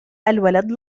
الولد